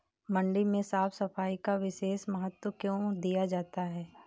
मंडी में साफ सफाई का विशेष महत्व क्यो दिया जाता है?